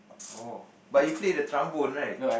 orh but you play the trombone right